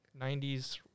90s